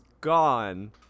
Gone